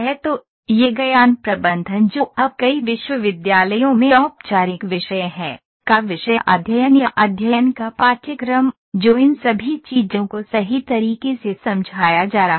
तो यह ज्ञान प्रबंधन जो अब कई विश्वविद्यालयों में औपचारिक विषय है का विषय अध्ययन या अध्ययन का पाठ्यक्रम जो इन सभी चीजों को सही तरीके से समझाया जा रहा है